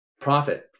profit